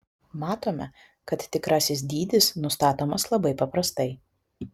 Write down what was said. matome kad tikrasis dydis nustatomas labai paprastai